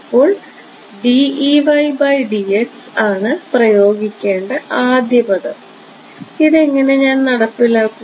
അപ്പോൾ ആണ് പ്രയോഗിക്കേണ്ട ആദ്യപദം ഇതെങ്ങനെ ഞാൻ നടപ്പിലാക്കും